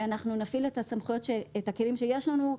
ואנחנו נפעיל את הכלים שיש לנו,